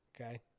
Okay